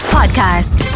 Podcast